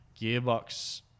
gearbox